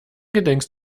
gedenkst